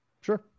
Sure